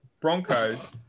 Broncos